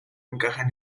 encajan